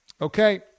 Okay